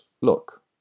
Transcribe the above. Look